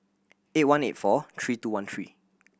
eight one eight four three two one three